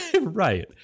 right